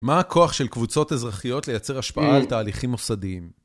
מה הכוח של קבוצות אזרחיות לייצר השפעה על תהליכים מוסדיים?